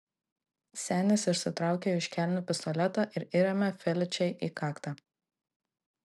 senis išsitraukė iš kelnių pistoletą ir įrėmė feličei į kaktą